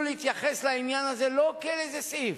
להתייחס לעניין הזה לא כאל איזה סעיף.